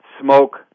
smoke